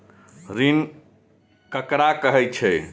ऋण ककरा कहे छै?